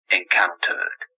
encountered